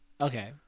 Okay